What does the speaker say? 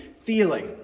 Feeling